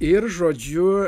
ir žodžiu